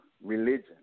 religion